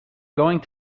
going